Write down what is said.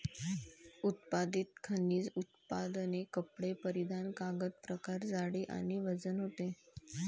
उत्पादित खनिज उत्पादने कपडे परिधान कागद प्रकार जाडी आणि वजन होते